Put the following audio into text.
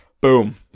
boom